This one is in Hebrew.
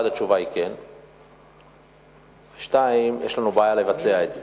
1. התשובה היא כן, 2. יש לנו בעיה לבצע את זה.